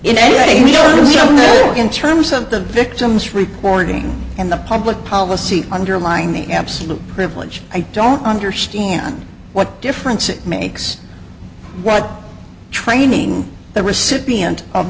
way in terms of the victim's reporting and the public policy underlying the absolute privilege i don't understand what difference it makes what training the recipient of